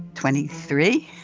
twenty three,